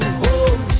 home